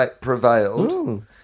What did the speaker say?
prevailed